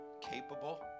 capable